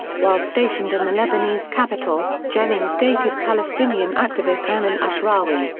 while stationed in the lebanese capital, jennings dated palestinian activist hanan ashrawi,